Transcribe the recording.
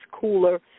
cooler